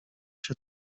się